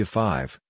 five